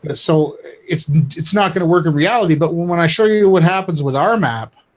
ah so it's it's not going to work in reality. but when when i show you you what happens with our map,